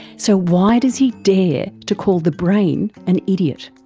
so why does he dare to call the brain an idiot?